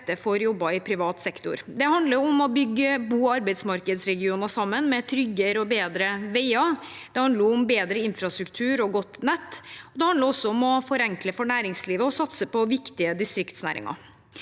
for jobber i privat sektor. Det handler om å bygge bo- og arbeidsmarkedsregioner sammen med tryggere og bedre veier. Det handler om bedre infrastruktur og godt nett. Det handler også om å forenkle for næringslivet og satse på viktige distriktsnæringer.